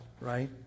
right